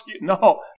No